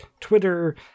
Twitter